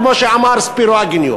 כמו שאמר ספירו אגניו,